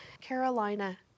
Carolina